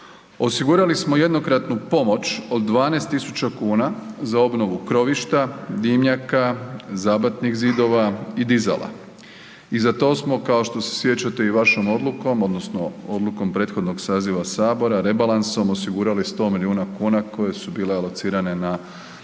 osigurali smo jednokratnu pomoć od 12.000 kuna za obnovu krovišta, dimnjaka, zabatnih zidova i dizala i za to smo kao što se sjećate i vašom odlukom odnosno odlukom prethodnog saziva sabora rebalansom osigurali 100 miliona kuna koje su bile alocirane na